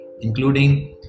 including